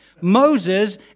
Moses